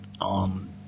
on